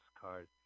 card